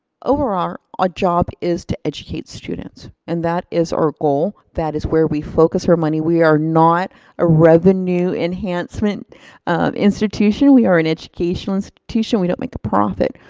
overall, our ah job is to educates students. and that is our goal, that is where we focus our money. we are not a revenue enhancement institution, we are an educational institution. we don't make a profit.